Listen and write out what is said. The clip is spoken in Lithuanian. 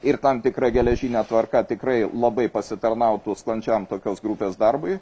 ir tam tikra geležine tvarka tikrai labai pasitarnautų sklandžiam tokios grupės darbui